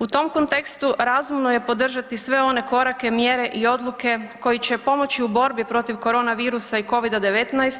U tom kontekstu razumno je podržati sve one korake mjere i odluke koji će pomoći u borbi protiv korona virusa i Covida-19,